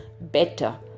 better